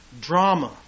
drama